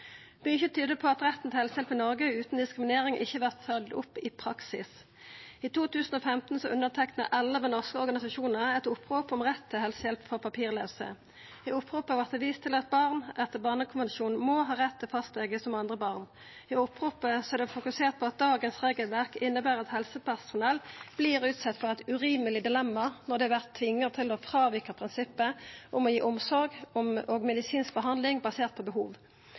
Mykje tyder på at retten til helsehjelp i Noreg utan diskriminering ikkje vert følgd opp i praksis. I 2015 underteikna elleve norske organisasjonar eit opprop om rett til helsehjelp for papirlause. I oppropet vart det vist til at barn etter barnekonvensjonen må ha rett til fastlege som andre barn. I oppropet er det fokusert på at dagens regelverk inneber at helsepersonell vert utsett for eit urimeleg dilemma når dei vert tvinga til å fråvika prinsippet om å gi omsorg og medisinsk behandling basert på behov.